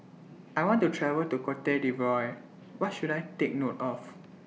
I want to travel to Cote D'Ivoire What should I Take note of